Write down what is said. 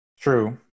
true